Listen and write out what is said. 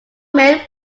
men